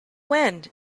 wind